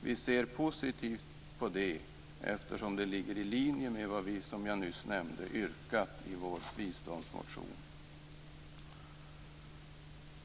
Vi ser positivt på detta, eftersom det ligger i linje med vad vi, som jag nyss nämnde, har yrkat i vår biståndsmotion.